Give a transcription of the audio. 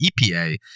EPA